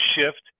shift